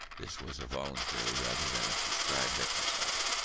this was a voluntary rather than a prescribed exercise.